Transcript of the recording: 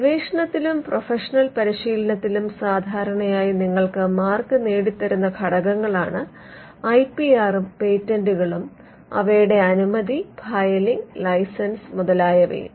ഗവേഷണത്തിലും professional പരിശീലനത്തിലും സാധാരണയായി നിങ്ങൾക്ക് മാർക്ക് നേടിത്തരുന്ന ഘടകങ്ങളാണ് ഐ പി ആറും പേറ്റന്റുകളും അവയുടെ അനുമതി ഫയലിങ്ങ് ലൈസൻസ് മുതലായവയും